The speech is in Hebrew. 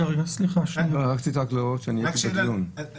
רק להראות שהייתי בדיו ן.